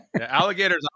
alligators